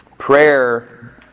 Prayer